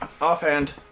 offhand